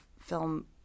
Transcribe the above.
film